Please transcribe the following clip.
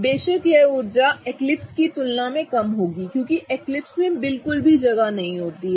बेशक यह ऊर्जा एक्लिप्स की तुलना में कम होगी क्योंकि एक्लिप्स में बिल्कुल जगह नहीं होती है